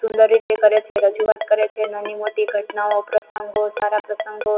સુંદર રીતે કરે છે રજૂઆત કરે છે નાની મોટી ઘટનાઓ પ્રસંગો સારા પ્રસંગો